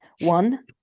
one